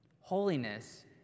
Holiness